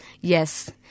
Yes